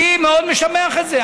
אני מאוד משבח את זה,